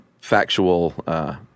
factual